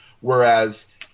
whereas